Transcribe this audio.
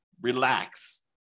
relax